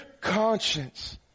conscience